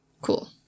Cool